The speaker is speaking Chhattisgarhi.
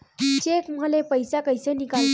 चेक म ले पईसा कइसे निकलथे?